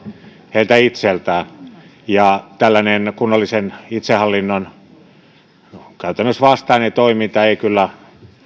heiltä itseltään tällainen käytännössä kunnallisen itsehallinnon vastainen toiminta ei kyllä